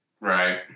right